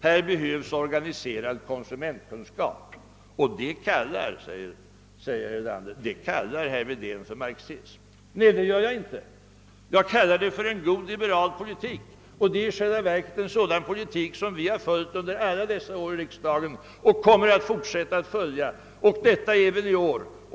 Det behövs alltså en organiserad konsumentupplysning, säger statsministern, vilket herr Wedén kallar för marxism. Nej, det gör jag inte. Jag kallar det för en god liberal politik, och det är i själva verket en sådan politik som vi fört under alla år i riksdagen och som vi också kommer att föra.